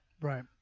Right